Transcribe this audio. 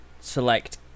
select